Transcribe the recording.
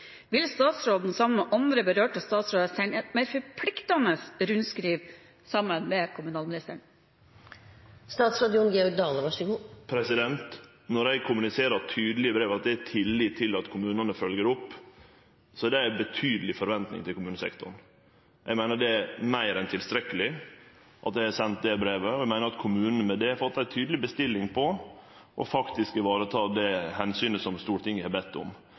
Vil statsråden, sammen med andre berørte statsråder, sende et mer forpliktende rundskriv – sammen med kommunalministeren? Når eg kommuniserer tydeleg i brevet at eg har tillit til at kommunane følgjer opp, er det med ei betydeleg forventning til kommunesektoren. Eg meiner det er meir enn tilstrekkeleg at eg har sendt det brevet, og eg meiner at kommunane med det har fått ei tydeleg bestilling på å sikre det omsynet som Stortinget har bedt om.